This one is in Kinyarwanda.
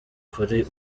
kuri